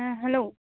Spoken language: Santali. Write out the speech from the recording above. ᱦᱮᱸ ᱦᱮᱞᱳ